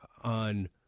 on